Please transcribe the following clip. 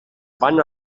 van